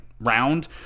round